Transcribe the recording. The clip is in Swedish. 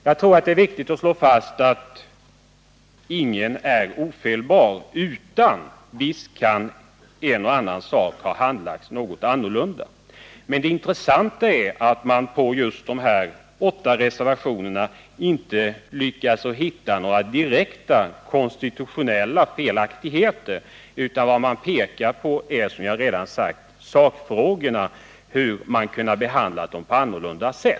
Jag tror det är viktigt att slå fast att ingen är ofelbar — visst kunde ett och annat ärende ha handlagts något annorlunda. Men det intressanta är att ledamöterna bakom de åtta reservationer jag här närmast tänker på inte har lyckats hitta några direkta konstitutionella felaktigheter. Vad de pekar på är, som jag redan har sagt, sakfrågor och hur man hade kunnat behandla dem på annorlunda sätt.